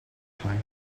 time